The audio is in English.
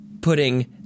putting